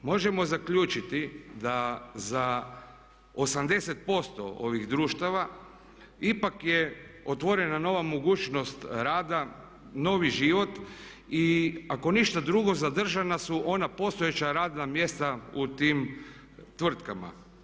Možemo zaključiti da za 80% ovih društava ipak je otvorena nova mogućnost rada, novi život i ako ništa drugo zadržana su ona postojeća radna mjesta u tim tvrtkama.